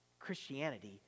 Christianity